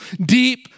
deep